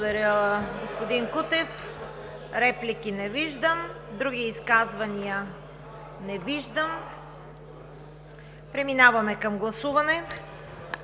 Благодаря, господин Кутев. Реплики? Не виждам. Други изказвания? Не виждам. Преминаваме към гласуване.